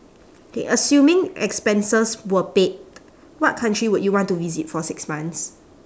okay assuming expenses were paid what country would you want to visit for six months